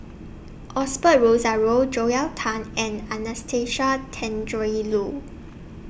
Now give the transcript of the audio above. Osbert Rozario Joel Tan and Anastasia Tjendri Lu